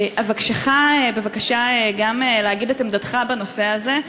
אבקשך, בבקשה, גם להגיד את עמדתך בנושא הזה,